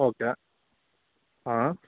okay ಹಾಂ